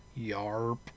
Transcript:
YARP